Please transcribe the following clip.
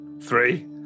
Three